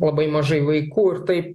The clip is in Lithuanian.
labai mažai vaikų ir taip